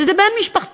שזה בן משפחתו,